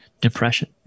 depression